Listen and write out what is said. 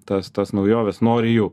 tas tas naujoves nori jų